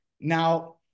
Now